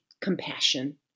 compassion